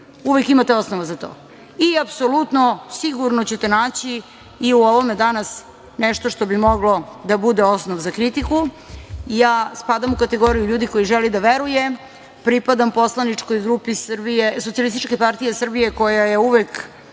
uvek imate osnova za to. Apsolutno sigurno ćete naći i u ovome danas nešto što bi moglo da bude osnov za kritiku. Ja spadam u kategoriju ljudi koji želi da veruje, pripadam poslaničkoj grupi SPS koja je uvek